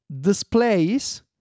Displays